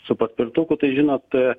su paspirtuku tai žinot